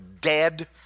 dead